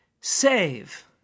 Save